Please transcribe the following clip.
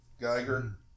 Geiger